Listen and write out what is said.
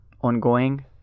ongoing